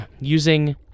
Using